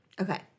Okay